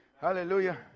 hallelujah